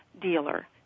dealer